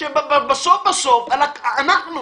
היום,